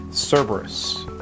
Cerberus